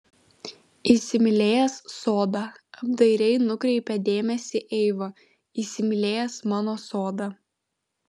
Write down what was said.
įsimylėjęs sodą apdairiai nukreipė dėmesį eiva įsimylėjęs mano sodą